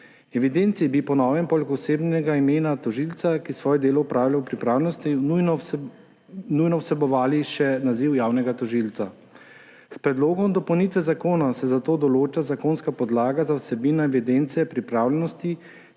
Evidenci bi po novem poleg osebnega imena tožilca, ki svoje delo opravlja v pripravljenosti, nujno vsebovali še naziv javnega tožilca. S predlogom dopolnitve zakona se zato določa zakonska podlaga za vsebino evidence pripravljenosti,